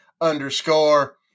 underscore